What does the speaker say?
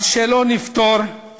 נפתור